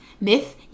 Myth